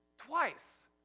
Twice